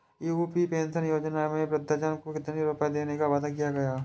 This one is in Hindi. यू.पी पेंशन योजना में वृद्धजन को कितनी रूपये देने का वादा किया गया है?